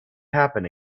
happen